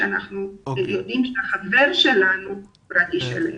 כי יש להם חברים שרגישים אליהם.